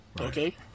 Okay